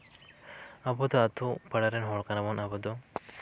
ᱟᱵᱚ ᱫᱚ ᱟᱹᱛᱩ ᱯᱟᱲᱟᱨᱮᱱ ᱦᱚᱲ ᱠᱟᱱᱟ ᱵᱚᱱ ᱟᱵᱚ ᱫᱚ